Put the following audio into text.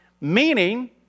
Meaning